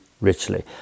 richly